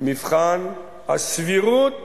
מבחן הסבירות